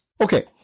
Okay